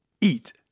eat